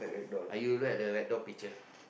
uh you look at the rag doll picture